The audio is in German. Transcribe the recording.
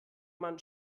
man